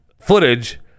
footage